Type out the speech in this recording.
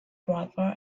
driver